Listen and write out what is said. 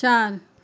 चार